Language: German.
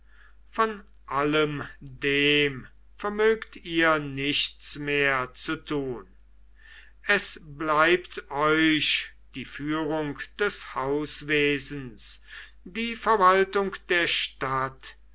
von allem dem vermögt ihr nichts mehr zu tun es bleibt euch die führung des hauswesens die verwaltung der stadt